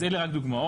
אלה רק דוגמאות.